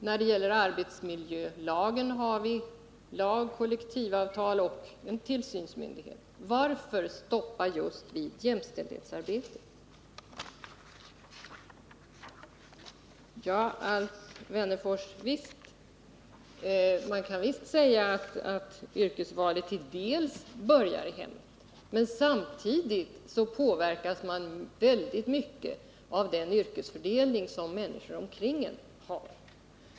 När det gäller arbetsmiljölagen har vi lag, kollektivavtal och en tillsynsmyndighet. Varför stoppa just vid jämställdhetsarbetet? Ja, Alf Wennerfors, man kan visst säga att yrkesvalet till en del börjar i hemmet. Men samtidigt påverkas man väldigt mycket av den yrkesfördelning som människor omkring en har.